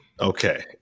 Okay